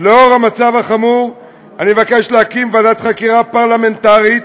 לנוכח המצב החמור אני מבקש להקים ועדת חקירה פרלמנטרית